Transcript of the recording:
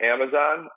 Amazon